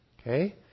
Okay